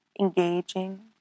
engaging